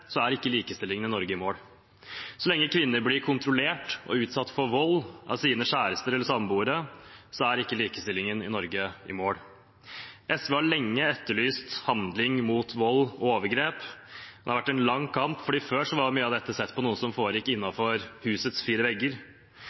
Så lenge kvinner blir kontrollert og utsatt for vold av sine kjærester eller samboere, er ikke likestillingen i Norge i mål. SV har lenge etterlyst handling mot vold og overgrep. Det har vært en lang kamp, for før var mye av dette sett på som noe som foregikk innenfor husets fire vegger.